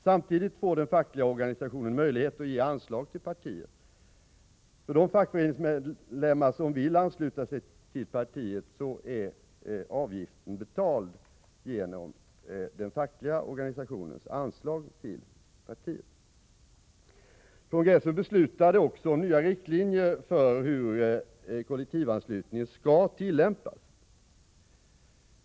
Samtidigt får den fackliga organisationen möjlighet att ge anslag till partiet. För de fackföreningsmedlemmar som vill ansluta sig till partiet är avgiften betald genom den fackliga organisationens anslag till partiet. ningen skall tillämpas.